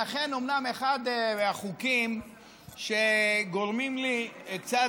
אכן, זה אומנם אחד החוקים שגורמים לי קצת